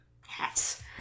Hats